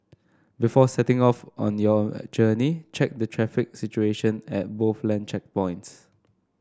before setting off on your journey check the traffic situation at both land checkpoints